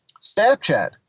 Snapchat